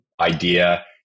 idea